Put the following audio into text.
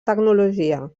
tecnologia